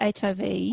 HIV